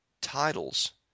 titles